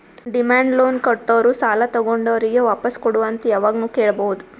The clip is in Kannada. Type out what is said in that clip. ಡಿಮ್ಯಾಂಡ್ ಲೋನ್ ಕೊಟ್ಟೋರು ಸಾಲ ತಗೊಂಡೋರಿಗ್ ವಾಪಾಸ್ ಕೊಡು ಅಂತ್ ಯಾವಾಗ್ನು ಕೇಳ್ಬಹುದ್